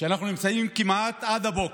אנחנו נמצאים כמעט עד הבוקר,